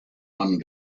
one